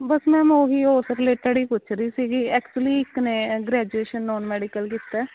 ਬਸ ma'am ਓਹੀ ਓਸ related ਹੀ ਪੁੱਛ ਰਹੀ ਸੀਗੀ ਐਕਚੁਅਲੀ ਇੱਕ ਨੇ ਗ੍ਰੈਜੂਏਸ਼ਨ ਨੌਨ ਮੈਡੀਕਲ ਕੀਤਾ ਹੈ